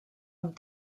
amb